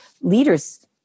leaders